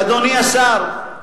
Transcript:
אדוני השר,